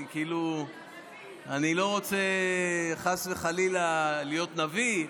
אני לא רוצה חס וחלילה להיות נביא,